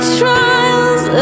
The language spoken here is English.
trials